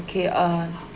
okay uh